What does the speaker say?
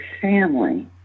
family